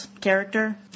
character